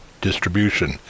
distribution